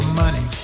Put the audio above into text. money